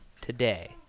today